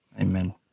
Amen